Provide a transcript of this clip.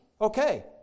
Okay